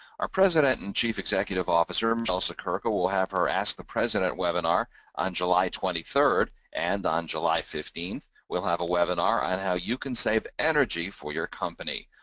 our president and chief executive officer, michele siekerka will have her ask the president webinar on july twenty third, and on july fifteenth, we'll have a webinar on how you can save energy for your company.